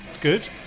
good